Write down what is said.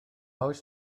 oes